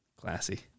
classy